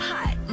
Hot